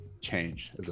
change